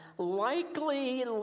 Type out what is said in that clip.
likely